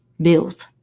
bills